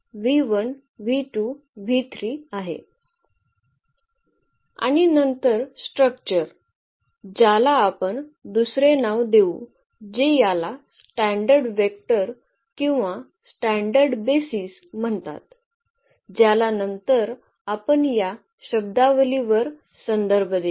आणि नंतर स्ट्रक्चर ज्याला आपण दुसरे नाव देऊ जे याला स्टँडर्ड वेक्टर किंवा स्टँडर्ड बेसीस म्हणतात ज्याला नंतर आपण या शब्दावली वर संदर्भ देऊ